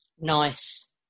Nice